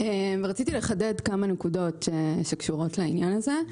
רציתי לחדד כמה נקודות שקשורות לעניין הזה.